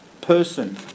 person